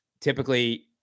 typically